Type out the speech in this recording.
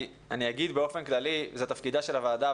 אני אגיד באופן כללי שזה תפקידה של הוועדה,